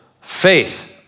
faith